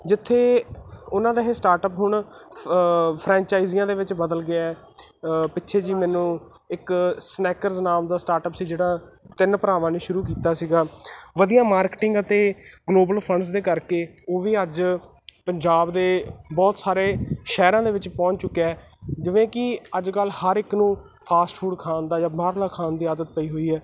ਜਿੱਥੇ ਉਹਨਾਂ ਦਾ ਇਹ ਸਟਾਰਟਅਪ ਹੁਣ ਫਰੈਂਚਾਈਜੀਆਂ ਦੇ ਵਿੱਚ ਬਦਲ ਗਿਆ ਪਿੱਛੇ ਜਿਹੇ ਮੈਨੂੰ ਇੱਕ ਸਨੈਕਰ ਨਾਮ ਦਾ ਸਟਾਰਟਅਪ ਸੀ ਜਿਹੜਾ ਤਿੰਨ ਭਰਾਵਾਂ ਨੇ ਸ਼ੁਰੂ ਕੀਤਾ ਸੀਗਾ ਵਧੀਆ ਮਾਰਕੀਟਿੰਗ ਅਤੇ ਗਲੋਬਲ ਫੰਡਸ ਦੇ ਕਰਕੇ ਉਹ ਵੀ ਅੱਜ ਪੰਜਾਬ ਦੇ ਬਹੁਤ ਸਾਰੇ ਸ਼ਹਿਰਾਂ ਦੇ ਵਿੱਚ ਪਹੁੰਚ ਚੁੱਕਿਆ ਜਿਵੇਂ ਕਿ ਅੱਜ ਕੱਲ੍ਹ ਹਰ ਇੱਕ ਨੂੰ ਫਾਸਟ ਫੂਡ ਖਾਣ ਦਾ ਜਾਂ ਬਾਹਰਲਾ ਖਾਣ ਦੀ ਆਦਤ ਪਈ ਹੋਈ ਹੈ